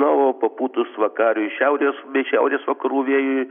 na o papūtus vakariui šiaurės šiaurės vakarų vėjui